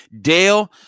Dale